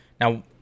Now